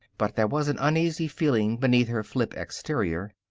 but there was an uneasy feeling beneath her flip exterior.